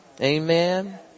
Amen